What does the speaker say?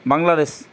Bangladesh